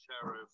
Sheriff